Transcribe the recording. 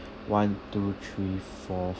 one two three four